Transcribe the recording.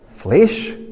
Flesh